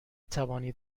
توانید